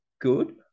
good